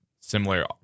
similar